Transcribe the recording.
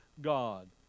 God